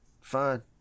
fine